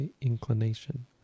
inclination